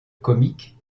comique